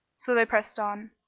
so they pressed on,